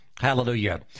Hallelujah